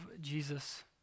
Jesus